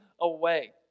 away